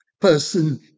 person